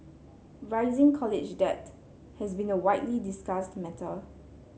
rising college debt has been a widely discussed matter